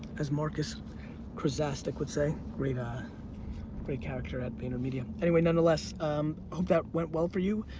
as marcus krzastek would say, great ah great character at vaynermedia. anyway, nonetheless, hope that went well for you,